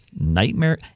nightmare